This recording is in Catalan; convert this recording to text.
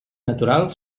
natural